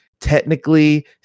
technically